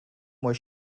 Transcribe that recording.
was